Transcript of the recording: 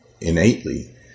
innately